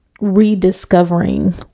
rediscovering